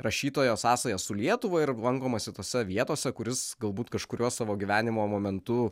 rašytojo sąsajas su lietuva ir lankomasi tose vietose kur jis galbūt kažkuriuo savo gyvenimo momentu